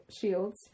shields